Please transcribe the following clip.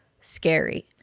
scary